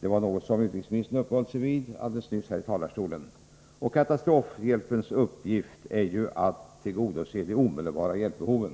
Det har utrikesministern alldeles nyss här i talarstolen uppehållit sig vid. Katastrofhjälpens uppgift är ju att tillgodose de omedelbara hjälpbehoven.